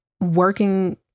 working